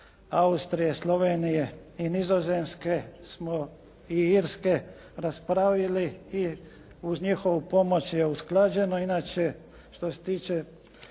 Austrije, Slovenije i Nizozemske i Irske smo raspravili i uz njihovu pomoć je usklađeno. Inače, što se tiče